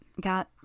got